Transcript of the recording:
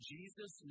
Jesus